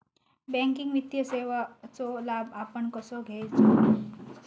Banking वित्तीय सेवाचो लाभ आपण कसो घेयाचो?